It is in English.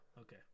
Okay